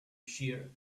shear